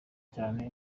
cyane